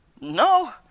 No